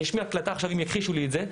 אשמיע הקלטה עכשיו אם יכחישו לי את זה.